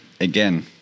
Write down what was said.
again